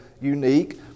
unique